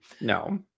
No